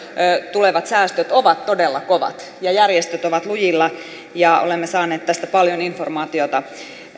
tulevat säästöt ovat todella kovat ja järjestöt ovat lujilla ja olemme saaneet tästä paljon informaatiota